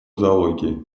зоологии